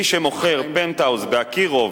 מי שמוכר פנטהאוז ב"אקירוב"